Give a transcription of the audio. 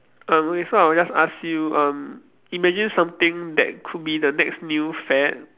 uh okay so I will just ask you um imagine something that could be the next new fad